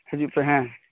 ᱦᱤᱡᱩᱜ ᱯᱮ ᱦᱮᱸ